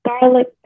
Garlic